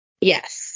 Yes